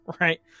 Right